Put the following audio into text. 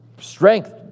strength